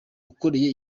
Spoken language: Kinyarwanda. ukoreye